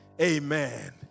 amen